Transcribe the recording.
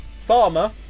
Farmer